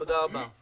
תודה רבה.